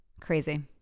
Crazy